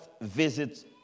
visit